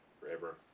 forever